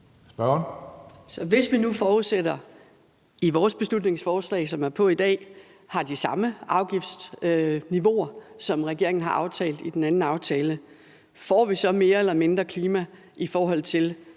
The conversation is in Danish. hvis vi nu forudsætter, at der i vores beslutningsforslag, som er på i dag, er de samme afgiftsniveauer, som regeringen har aftalt i den anden aftale, får vi så mere eller mindre klimahandling i forhold til